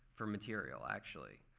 for material, actually.